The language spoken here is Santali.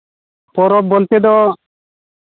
ᱯᱚᱨᱚᱵᱽ ᱵᱚᱞᱛᱮ ᱫᱚ